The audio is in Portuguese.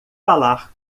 falar